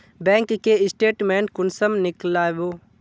Bank के statement कुंसम नीकलावो?